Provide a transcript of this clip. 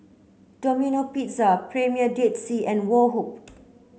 Domino Pizza Premier Dead Sea and Woh Hup